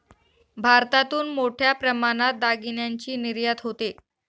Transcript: भारतातून मोठ्या प्रमाणात दागिन्यांची निर्यात होते